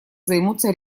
займутся